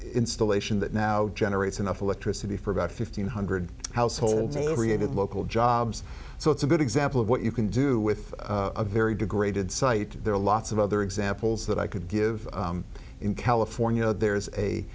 installation that now generates enough electricity for about fifteen hundred households every added local jobs so it's a good example of what you can do with a very degraded site there are lots of other examples that i could give in california there's a